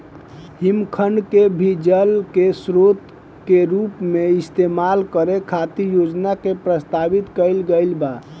हिमखंड के भी जल के स्रोत के रूप इस्तेमाल करे खातिर योजना के प्रस्तावित कईल गईल बा